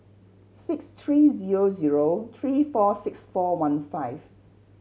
six three zero zero three four six four one five